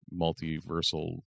multiversal